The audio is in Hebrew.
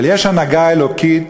אבל יש הנהגה אלוקית,